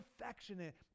affectionate